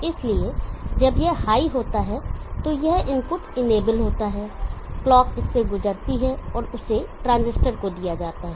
इसलिए जब यह हाई होता है तो यह इनपुट इनेबल होता है क्लॉक इससे गुजरती है और उसे ट्रांजिस्टर को दिया जाता है